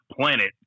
planet